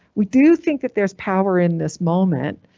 we do think that there's power in this moment.